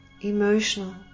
emotional